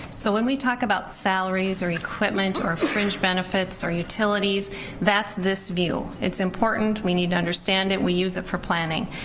so when we talk about salaries or equipment or fringe benefits or utilities that's this view. it's important. we need to understand it. we use it for planning.